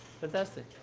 fantastic